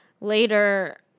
later